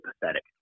pathetic